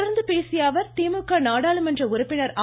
தொடர்ந்து பேசிய அவர் திமுக நாடாளுமன்ற உறுப்பினர் ஆ